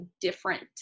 different